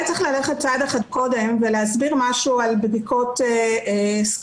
צריך ללכת צעד אחד קודם ולהסביר משהו על בדיקות screening,